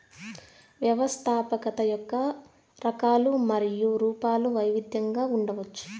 వ్యవస్థాపకత యొక్క రకాలు మరియు రూపాలు వైవిధ్యంగా ఉండవచ్చు